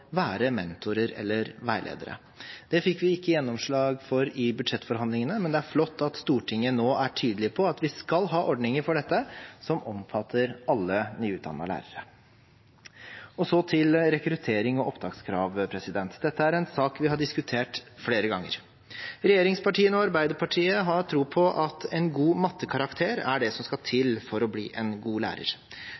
være mentorer eller veiledere. Det fikk vi ikke gjennomslag for i budsjettforhandlingene, men det er flott at Stortinget nå er tydelig på at vi skal ha ordninger for dette som omfatter alle nyutdannede lærere. Så til rekruttering og opptakskrav, som er en sak vi har diskutert flere ganger. Regjeringspartiene og Arbeiderpartiet har tro på at en god mattekarakter er det som skal til